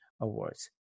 awards